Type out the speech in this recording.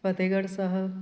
Fatehgarh Sahib